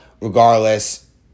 Regardless